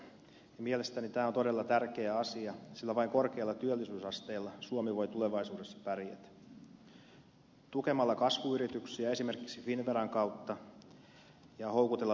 mielestäni tämä on todella tärkeä asia sillä vain korkealla työllisyysasteella suomi voi tulevaisuudessa pärjätä tukemalla kasvuyrityksiä esimerkiksi finnveran kautta ja houkuttelemalla nuoria yrittäjiksi